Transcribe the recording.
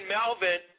Melvin